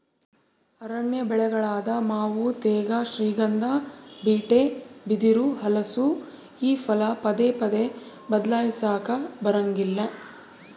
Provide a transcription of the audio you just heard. ಅರಣ್ಯ ಬೆಳೆಗಳಾದ ಮಾವು ತೇಗ, ಶ್ರೀಗಂಧ, ಬೀಟೆ, ಬಿದಿರು, ಹಲಸು ಈ ಫಲ ಪದೇ ಪದೇ ಬದ್ಲಾಯಿಸಾಕಾ ಬರಂಗಿಲ್ಲ